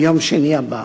ביום שני הבא.